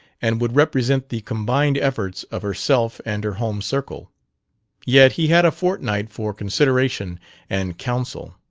and would represent the combined efforts of herself and her home circle yet he had a fortnight for consideration and counsel.